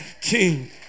king